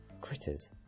Critters